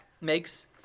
makes